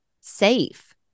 safe